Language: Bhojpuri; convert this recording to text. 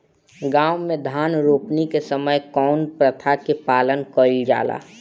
गाँव मे धान रोपनी के समय कउन प्रथा के पालन कइल जाला?